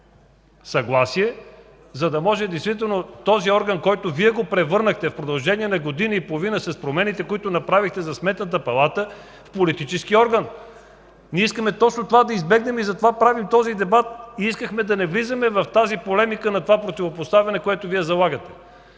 съгласие за този орган, който Вие превърнахте в продължение на година и половина – с промените, които направихте за Сметната палата, в политически орган. Ние искаме да избегнем точно това и по тази причина правим този дебат. Искахме да не влизаме в тази полемика на това противопоставяне, което Вие залагате.